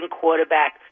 quarterback